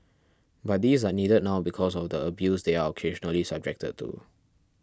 but these are needed now because of the abuse they are occasionally subjected to